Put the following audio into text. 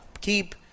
keep